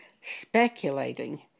speculating